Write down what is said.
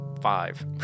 five